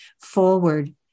forward